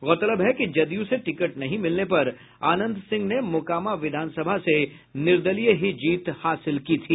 गौरतलब है कि जदयू से टिकट नहीं मिलने पर अनंत सिंह ने मोकामा विधानसभा से निर्दलीय ही जीत हासिल की थी